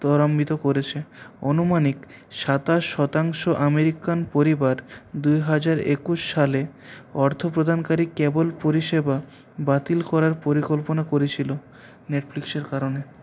ত্বরান্বিত করেছে অনুমানিক সাতাশ শতাংশ আমেরিকান পরিবার দুই হাজার একুশ সালে অর্থ প্রদানকারী কেবেল পরিষেবা বাতিল করার পরিকল্পনা করেছিলো নেটফ্লিক্সের কারণে